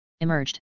emerged